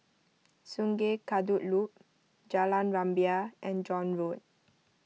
Sungei Kadut Loop Jalan Rumbia and John Road